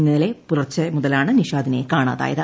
ഇന്നലെ പുലർച്ചെ മുതലാണ് നിഷാദിനെ കാണാതായത്